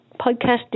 podcast